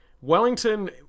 wellington